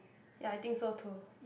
ya I think so too